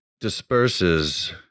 disperses